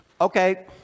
Okay